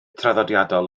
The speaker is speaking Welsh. traddodiadol